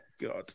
God